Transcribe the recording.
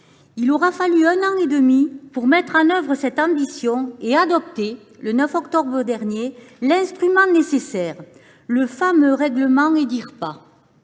Il aura fallu un an et demi pour mettre en œuvre cette ambition et adopter, le 9 octobre dernier, l’instrument nécessaire, le fameux règlement Edirpa